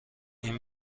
این